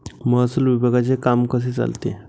महसूल विभागाचे काम कसे चालते?